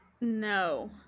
No